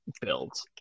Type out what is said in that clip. builds